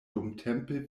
dumtempe